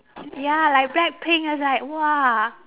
ya like blackpink it's like !wah!